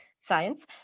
science